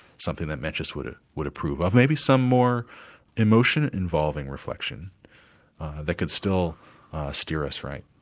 something that mencius would ah would approve of, maybe some more emotion involving reflection that can still steer us right.